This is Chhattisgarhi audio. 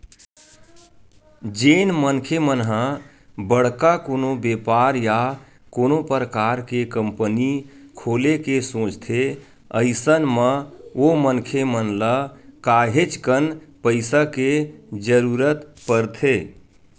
जेन मनखे मन ह बड़का कोनो बेपार या कोनो परकार के कंपनी खोले के सोचथे अइसन म ओ मनखे मन ल काहेच कन पइसा के जरुरत परथे